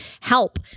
help